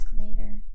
later